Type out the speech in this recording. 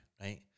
right